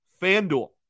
FanDuel